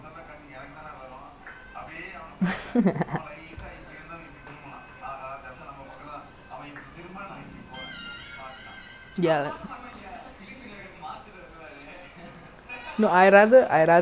no lah mask they won't no chance because you know why not because they scared like அவங்களுக்கு பயம் இருக்கு:avangalukku bayam irukku they you know they they don't want to open right then they got more cases then is like damn bad then you know they have to be like really sure before they do anything